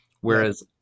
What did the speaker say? Whereas